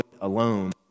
alone